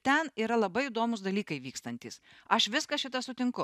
ten yra labai įdomūs dalykai vykstantys aš viską šitą sutinku